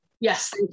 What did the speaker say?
yes